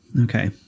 okay